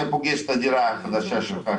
אתה פוגש את הדירה החדשה שלך,